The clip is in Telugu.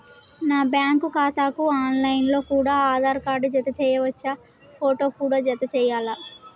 నా బ్యాంకు ఖాతాకు ఆన్ లైన్ లో కూడా ఆధార్ కార్డు జత చేయవచ్చా ఫోటో కూడా జత చేయాలా?